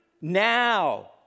now